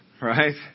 Right